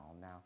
Now